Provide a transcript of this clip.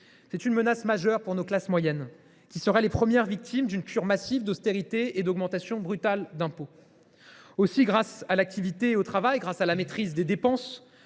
C’est une menace majeure pour nos classes moyennes, qui seraient les premières victimes d’une cure massive d’austérité et d’une augmentation brutale des impôts. Aussi, grâce à l’activité et au travail, grâce à la maîtrise des dépenses,